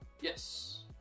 Yes